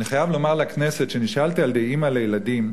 אני חייב לומר לכנסת שנשאלתי על-ידי אמא לילדים,